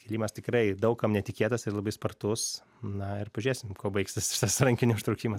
kilimas tikrai daug kam netikėtas ir labai spartus na ir pažiūrėsim kuo baigsis šitas rankinio užtraukimas